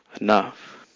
enough